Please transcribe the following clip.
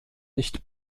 nicht